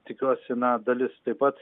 tikiuosi na dalis taip pat